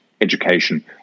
education